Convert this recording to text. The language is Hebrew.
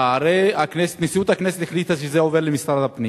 הרי נשיאות הכנסת החליטה שזה עובר למשרד הפנים.